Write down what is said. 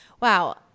wow